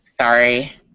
Sorry